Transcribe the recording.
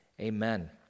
amen